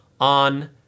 on